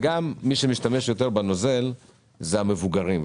וגם מי שמשתמש יותר בנוזל זה המבוגרים,